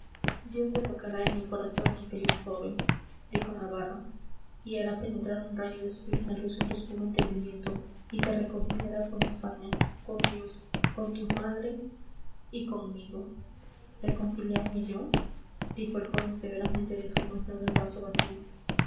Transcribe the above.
dios te tocará en el corazón infeliz joven dijo navarro y hará penetrar un rayo de su divina luz en tu oscuro entendimiento y te reconciliarás con españa con dios con tu madre y conmigo reconciliarme yo dijo el joven severamente dejando a un lado el vaso vacío